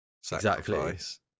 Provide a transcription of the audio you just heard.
sacrifice